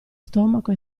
stomaco